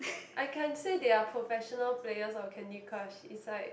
I can say they are professional players of Candy-Crush is like